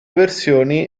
versioni